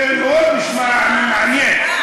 זה נשמע מאוד מעניין.